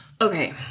Okay